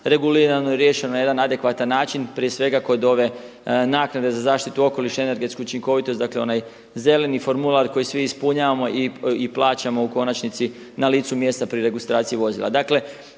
regulirano i riješeno na jedan adekvatan način prije svega kod ove naknade za zaštitu okoliša i energetsku učinkovitost dakle onaj zeleni formular koji svi ispunjavamo i plaćamo u konačnici na licu mjesta pri registraciji vozila.